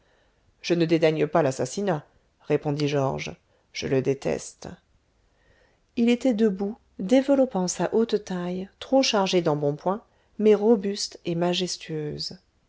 je ne dédaigné pas l'assassinat répondit georges je le déteste il était debout développant sa haute taille trop chargée d'embonpoint mais robuste et majestueuse